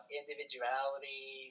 individuality